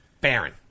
Baron